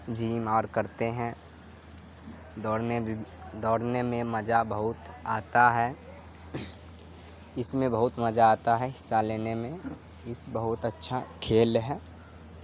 جم اور کرتے ہیں دوڑنے بھی دوڑنے میں مزہ بہت آتا ہے اس میں بہت مزہ آتا ہے حصہ لینے میں اس بہت اچھا کھیل ہے